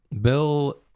bill